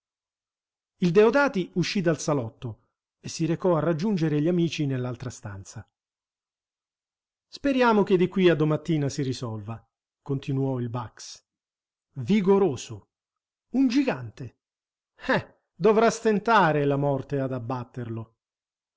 il deodati uscì dal salotto e si recò a raggiungere gli amici nell'altra stanza speriamo che di qui a domattina si risolva continuò il bax vigoroso un gigante eh dovrà stentare la morte ad abbatterlo